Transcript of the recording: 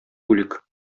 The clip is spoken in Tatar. бүлек